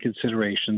considerations